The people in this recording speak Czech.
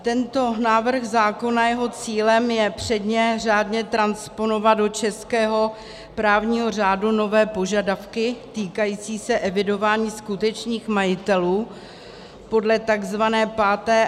Tento návrh zákona, jeho cílem je předně řádně transponovat do českého právního řádu nové požadavky týkající se evidování skutečných majitelů podle takzvané 5.